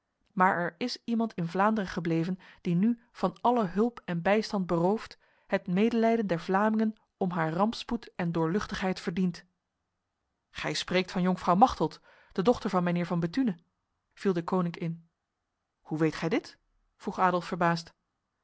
maar er is iemand in vlaanderen gebleven die nu van alle hulp en bijstand beroofd het medelijden der vlamingen om haar rampspoed en doorluchtigheid verdient gij spreekt van jonkvrouw machteld de dochter van mijnheer van bethune viel deconinck in hoe weet gij dit vroeg adolf verbaasd